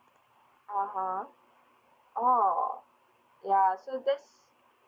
(uh huh) oh ya so that's